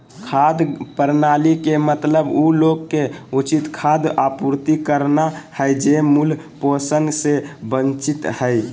खाद्य प्रणाली के मतलब उ लोग के उचित खाद्य आपूर्ति करना हइ जे मूल पोषण से वंचित हइ